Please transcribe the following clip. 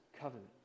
covenant